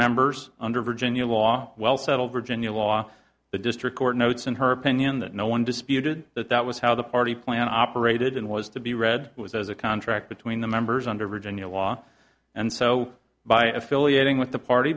members under virginia law well settled virginia law the district court notes in her opinion that no one disputed that that was how the party plan operated and was to be read was a contract between the members under virginia law and so by affiliating with the party